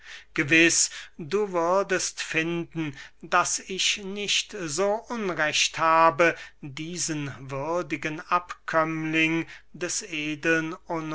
gewiß du würdest finden daß ich nicht so unrecht habe diesen würdigen abkömmling des edeln